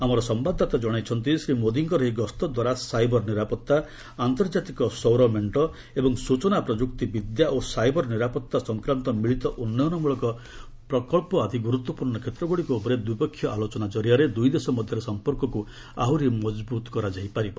ଆମର ସମ୍ଭାଦଦାତା ଜଣାଇଛନ୍ତି ଶ୍ରୀ ମୋଦୀଙ୍କର ଏହି ଗସ୍ତ ଦ୍ୱାରା ସାଇବର ନିରାପତ୍ତା ଆନ୍ତର୍ଜାତିକ ସୌରମେଣ୍ଟ ଏବଂ ସୂଚନା ପ୍ରଯୁକ୍ତି ବିଦ୍ୟା ଓ ସାଇବର ନିରାପତ୍ତା ସଂକ୍ରାନ୍ତ ମିଳିତ ଉନ୍ନୟନ ମୂଳକ ପ୍ରକଳ୍ପ ଆଦି ଗୁରୁତ୍ୱପୂର୍ଣ୍ଣ କ୍ଷେତ୍ରଗୁଡ଼ିକ ଉପରେ ଦ୍ୱିପକ୍ଷିୟ ଆଳୋଚନା ଜରିଆରେ ଦୁଇ ଦେଶ ମଧ୍ୟରେ ସମ୍ପର୍କକୁ ଆହୁରି ମଜବୁତ କରାଯାଇ ପାରିବ